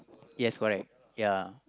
yes correct ya